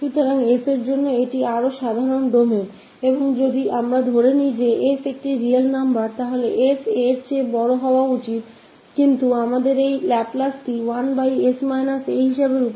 तो यह इसके लिए अधिक सामान्य डोमेन है और अगर यदि हम मानते है की s रियल नंबर है तब s को a से बड़ा होना चाहिए लेकिन हमारे पास है 1s a यह लाप्लास ट्रांसफॉर्म